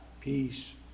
peace